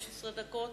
15 דקות.